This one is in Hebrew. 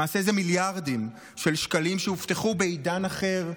למעשה זה מיליארדים של שקלים שהובטחו בעידן אחר,